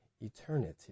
eternity